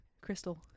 Crystal